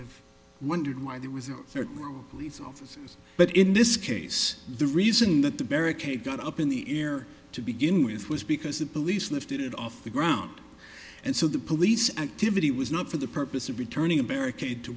have wondered why there was a certain police officer but in this case the reason that the barricade got up in the air to begin with was because the police lifted it off the ground and so the police activity was not for the purpose of returning a barricade to